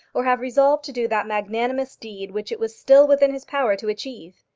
or have resolved to do that magnanimous deed which it was still within his power to achieve.